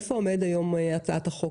איפה עומדת היום הצעת החוק?